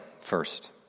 first